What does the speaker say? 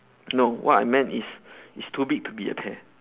no what I meant is it's too big to be a pear